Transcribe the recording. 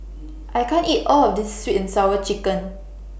I can't eat All of This Sweet and Sour Chicken